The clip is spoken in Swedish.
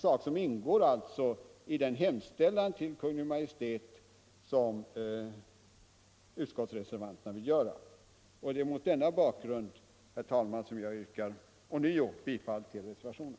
Det ingår alltså i den hemställan till Kungl. Maj:t som utskottsreservanterna vill göra. Det är mot denna bakgrund, herr talman, som jag ånyo yrkar bifall till reservationen.